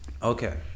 Okay